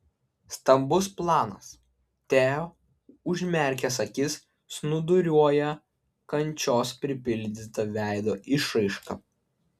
stambus planas teo užmerkęs akis snūduriuoja kančios pripildyta veido išraiška